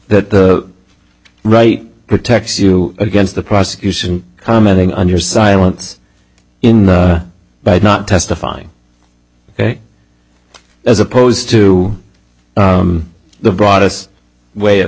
that the right protects you against the prosecution commenting on your silence in the but not testifying ok as opposed to the broad us way of